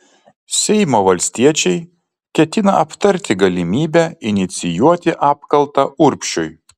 seimo valstiečiai ketina aptarti galimybę inicijuoti apkaltą urbšiui